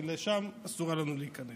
כי לשם אסור היה לנו להיכנס.